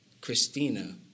Christina